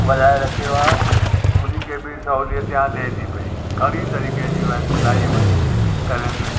वधाए रखियो आहे उन्हनि खे बि सहुलितियूं ॾिए थी पई घणी तरीक़े जूं आहिनि सिलाई करणु